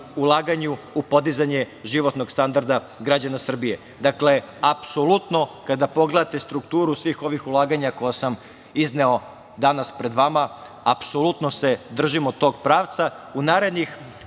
ulaganju u podizanje životnog standarda građana Srbije. Dakle, apsolutno kada pogledate strukturu svih ovih ulaganja koje sam izneo danas pred vama, apsolutno se držimo tog pravca.U narednih